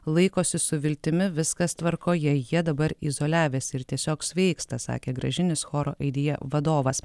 laikosi su viltimi viskas tvarkoje jie dabar izoliavęsi ir tiesiog sveiksta sakė gražinis choro aidija vadovas